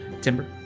Timber